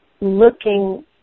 Looking